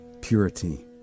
purity